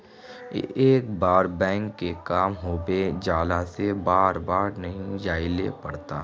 एक बार बैंक के काम होबे जाला से बार बार नहीं जाइले पड़ता?